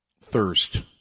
thirst